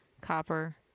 copper